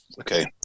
Okay